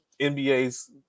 NBA's